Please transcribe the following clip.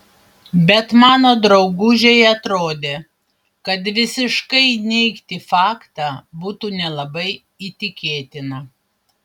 bet mano draugužei atrodė kad visiškai neigti faktą būtų nelabai įtikėtina